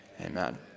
Amen